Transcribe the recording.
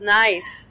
nice